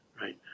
right